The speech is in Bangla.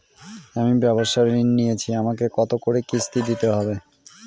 আমি ব্যবসার ঋণ নিয়েছি আমাকে কত করে কিস্তি দিতে হবে?